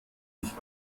ich